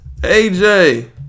AJ